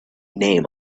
name